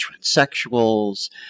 transsexuals